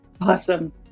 Awesome